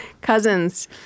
Cousins